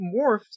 morphed